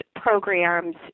programs